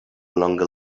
longer